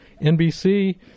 NBC